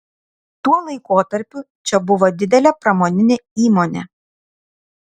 tuo laikotarpiu čia buvo didelė pramoninė įmonė